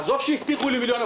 עזוב שהבטיחו לי מיליון הבטחות.